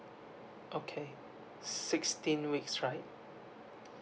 okay sixteen weeks right